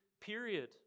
period